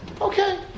Okay